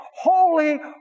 Holy